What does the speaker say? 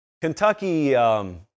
Kentucky